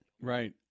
Right